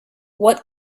what